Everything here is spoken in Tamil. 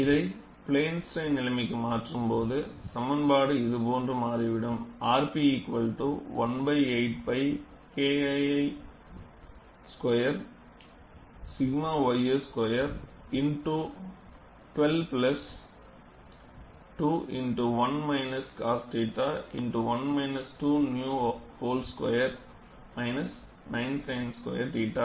இதை பிளேன் ஸ்ட்ரைன் நிலைமைக்கு மாற்றும்போது சமன்பாடு இதுபோன்று மாறிவிடும் rp 1 by 8 pi kii square 𝛔 ys square X 12 plus 2 X 1 minus cos θ X 1 மைனஸ் 2 𝝼 whole squared minus 9 sin square θ